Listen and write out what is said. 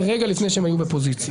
רגע לפני שהם היו בפוזיציה.